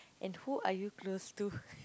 and who are you close to